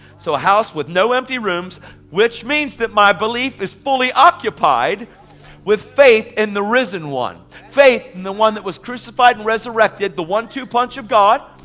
so a house with no empty rooms which means my belief is fully occupied with faith in the risen one. faith in the one that was crucified and resurrected, the one two punch of god.